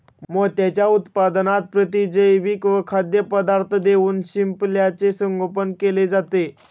मोत्यांच्या उत्पादनात प्रतिजैविके व खाद्यपदार्थ देऊन शिंपल्याचे संगोपन केले जाते